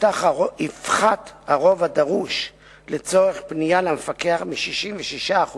יפחת הרוב הדרוש לצורך פנייה למפקח מ-66%